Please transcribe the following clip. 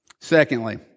Secondly